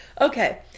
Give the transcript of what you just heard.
Okay